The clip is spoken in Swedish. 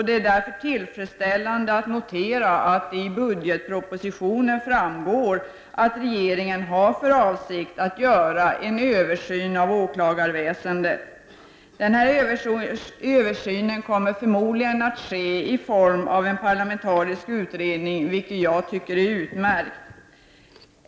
Det är därför tillfredsställande att notera att av budgetpropositionen framgår att regeringen har för avsikt att göra en översyn av åklagarväsendet. Denna översyn kommer förmodligen att ske i form av en parlamentarisk utredning, vilket jag tycker är utmärkt.